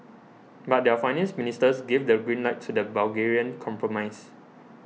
but their finance ministers gave the green light to the Bulgarian compromise